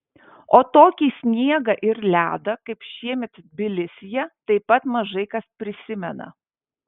o tokį sniegą ir ledą kaip šiemet tbilisyje taip pat mažai kas prisimena